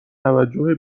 توجه